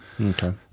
Okay